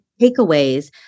takeaways